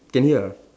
can hear or not